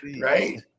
right